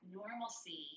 normalcy